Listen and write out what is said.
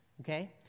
okay